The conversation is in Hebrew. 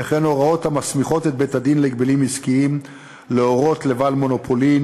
וכן הוראות המסמיכות את בית-הדין להגבלים עסקיים להורות לבעל מונופולין